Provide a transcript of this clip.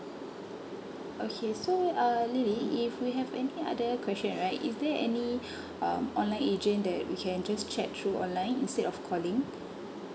okay so uh lily if we have any other question right is there any um online agent that we can just chat through online instead of calling